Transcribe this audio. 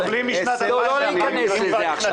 חשוב לציין שהם סובלים כבר 18 שנה.